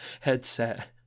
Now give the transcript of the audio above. headset